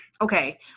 Okay